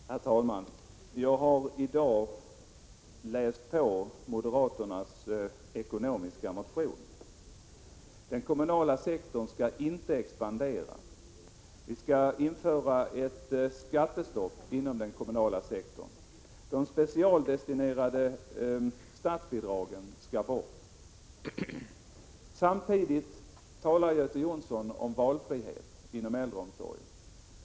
Herr talman! Jag har i dag läst på vad som står i moderaternas ekonomiska motion: Den kommunala sektorn skall inte expandera. Ett skattestopp skall införas inom den kommunala sektorn. De specialdestinerade statsbidragen skall tas bort. Samtidigt talar Göte Jonsson om valfrihet inom äldreomsorgen.